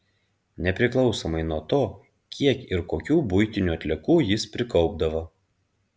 nepriklausomai nuo to kiek ir kokių buitinių atliekų jis prikaupdavo